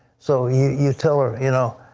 so you you tell her you know,